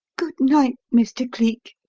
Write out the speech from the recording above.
good-night, mr. cleek!